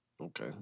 Okay